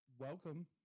welcome